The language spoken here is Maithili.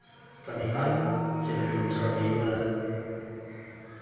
कभी काल चलि गेलहुँ चरबैओ लए